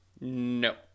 No